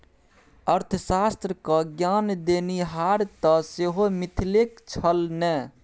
अर्थशास्त्र क ज्ञान देनिहार तँ सेहो मिथिलेक छल ने